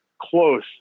close